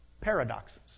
paradoxes